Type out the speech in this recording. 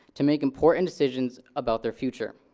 to make important decisions about their future.